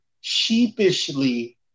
sheepishly